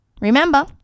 remember